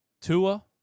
Tua